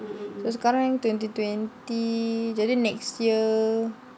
so sekarang ni twenty twenty jadi next year